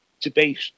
debate